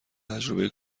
تجربه